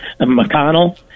McConnell